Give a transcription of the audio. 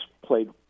played